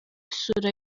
isura